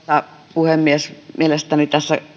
puhemies mielestäni tässä